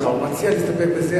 הוא מציע להסתפק בזה,